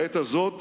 בעת הזאת